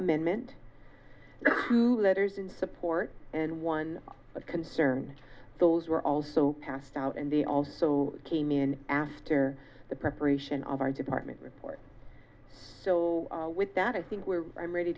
amendment letters in support and one of concern those were also passed out and they also came in after the preparation of our department report so with that i think we're ready